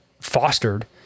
fostered